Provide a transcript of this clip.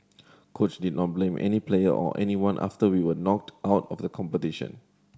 coach did not blame any player or anyone after we were knocked out of the competition